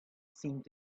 seemed